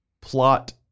plot